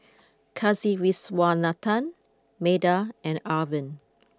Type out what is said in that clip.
Kasiviswanathan Medha and Arvind